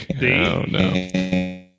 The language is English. no